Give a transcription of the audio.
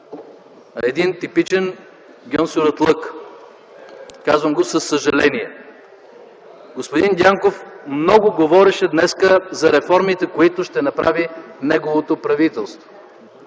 един типичен гьонсуратлък. Казвам го със съжаление. Господин Дянков много говореше днес за реформите, които ще направи неговото правителство,